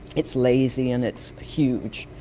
it's lazy and it's huge.